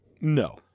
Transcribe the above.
No